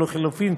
ולחלופין,